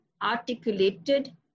articulated